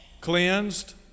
cleansed